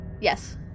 Yes